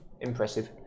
impressive